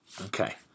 Okay